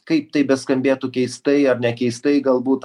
kaip tai beskambėtų keistai ar nekeistai galbūt